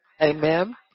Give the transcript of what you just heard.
Amen